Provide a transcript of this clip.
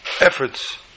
efforts